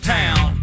town